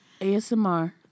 ASMR